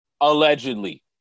Allegedly